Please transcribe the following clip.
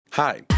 Hi